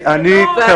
אני כפוף להליך מינהלי.